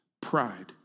pride